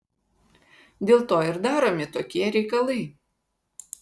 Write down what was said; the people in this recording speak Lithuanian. dėl to ir daromi tokie reikalai